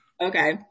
Okay